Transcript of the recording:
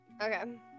Okay